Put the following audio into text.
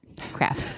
Crap